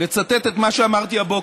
לצטט את מה שאמרתי הבוקר.